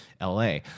LA